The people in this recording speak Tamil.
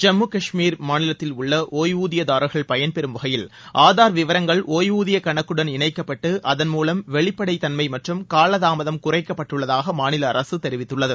ஜம்மு கஷ்மீர் மாநிலத்தில் உள்ள ஒய்வூதியதாரர்கள் பயன்பெறும் வகையில் ஆதார் விவரங்கள் டிய்வூதிய கணக்குடன் இணைக்கப்பட்டு அதன் மூலம் வெளிப்படை தன்மை மற்றும் கால தாமதம் குறைக்கப்பட்டுள்ளதாக மாநில அரசு தெரிவித்துள்ளது